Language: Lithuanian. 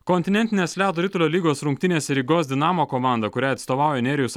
kontinentinės ledo ritulio lygos rungtynėse rygos dinamo komanda kuriai atstovauja nerijus